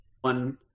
one